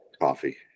Coffee